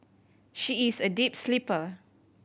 she is a deep sleeper